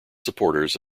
supporters